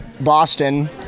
Boston